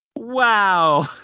Wow